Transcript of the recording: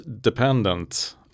dependent